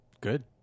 Good